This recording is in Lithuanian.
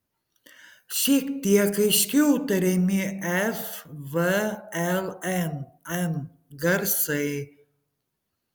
šiek tiek aiškiau tariami f v l n m garsai